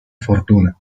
fortuna